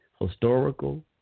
historical